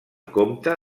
compte